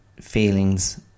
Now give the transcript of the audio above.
feelings